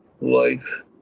life